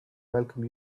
welcome